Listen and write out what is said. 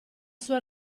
sua